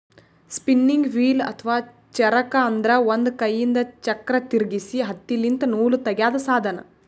spinning wheel ಅಥವಾ ಚರಕ ಅಂದ್ರ ಒಂದ್ ಕೈಯಿಂದ್ ಚಕ್ರ್ ತಿರ್ಗಿಸಿ ಹತ್ತಿಲಿಂತ್ ನೂಲ್ ತಗ್ಯಾದ್ ಸಾಧನ